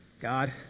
God